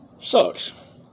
Sucks